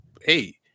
Hey